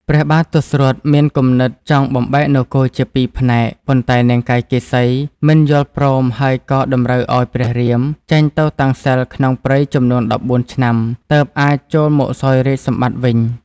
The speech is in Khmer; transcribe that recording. ព្រះបាទទសរថ មានគំនិតចង់បំបែកនគរ ជាពីរផ្នែកប៉ុន្តែនាងកៃកេសី មិនយល់ព្រមហើយក៏តម្រូវឱ្យព្រះរាម ចេញទៅតាំងសិល្ប៍ក្នុងព្រៃចំនួន១៤ឆ្នាំ ទើបអាចចូលមកសោយរាជ្យសម្បត្តិវិញ។